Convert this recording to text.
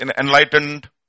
enlightened